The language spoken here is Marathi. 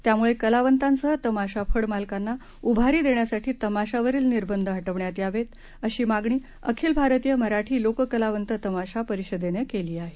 त्यामुळे कलावंतांसह तमाशा फड मालकांना उभारी देण्यासाठी तमाशांवरील निर्बंध हटवण्यात यावे अशी मागणी अखिल भारतीय मराठी लोककलावंत तमाशा परिषदेने केली आहे